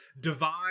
Divide